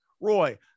Roy